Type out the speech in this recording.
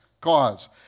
cause